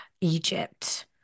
Egypt